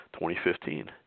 2015